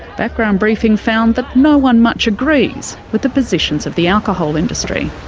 background briefing found that no one much agrees with the positions of the alcohol industry.